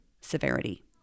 severity